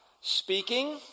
speaking